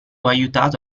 aiutato